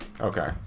Okay